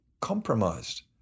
compromised